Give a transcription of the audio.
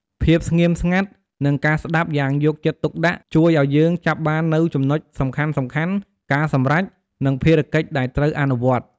ភាពស្ងៀមស្ងាត់ និងការស្តាប់យ៉ាងយកចិត្តទុកដាក់ជួយឲ្យយើងចាប់បាននូវចំណុចសំខាន់ៗ ការសម្រេច និងភារកិច្ចដែលត្រូវអនុវត្ត។